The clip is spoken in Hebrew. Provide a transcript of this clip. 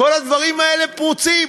כל הדברים האלה פרוצים.